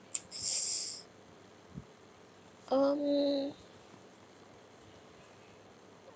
um